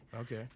Okay